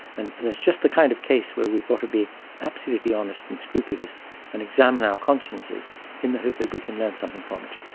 and and it's just the kind of case where we've got to be absolutely honest and scrupulous and examine our consciences in the hope that we can learn something from it.